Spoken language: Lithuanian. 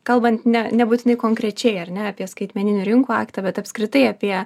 kalbant ne nebūtinai konkrečiai ar ne apie skaitmeninių rinkų aktą bet apskritai apie